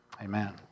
Amen